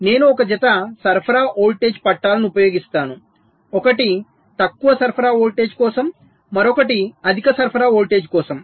నేను ఒక జత సరఫరా వోల్టేజ్ పట్టాలను ఉపయోగిస్తాను ఒకటి తక్కువ సరఫరా వోల్టేజ్ కోసం మరొకటి అధిక సరఫరా వోల్టేజ్ కోసం